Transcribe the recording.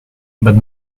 but